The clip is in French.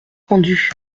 rendu